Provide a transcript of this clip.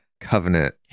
covenant